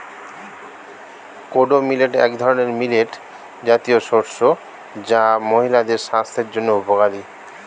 kodo millet এক ধরনের millet জাতীয় শস্য যা মহিলাদের স্বাস্থ্যের জন্য উপকারী